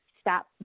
Stop